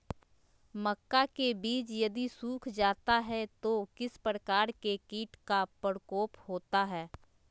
मक्का के बिज यदि सुख जाता है तो किस प्रकार के कीट का प्रकोप होता है?